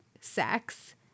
sex